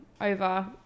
over